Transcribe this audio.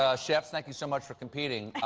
ah chefs, thank you so much for competing.